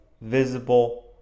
visible